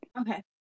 okay